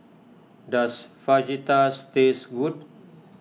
does Fajitas tastes good